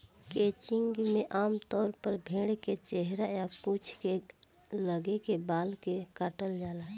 crutching में आमतौर पर भेड़ के चेहरा आ पूंछ के लगे के बाल के काटल जाला